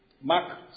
Mark